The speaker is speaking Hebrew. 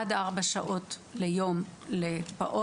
עד ארבע שעות ליום לפעוט,